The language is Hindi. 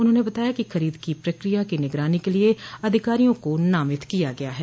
उन्होंने बताया कि खरीद की प्रक्रिया की निगरानी के लिये अधिकारियों को नामित किया गया है